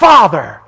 Father